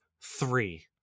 three